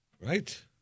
Right